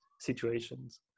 situations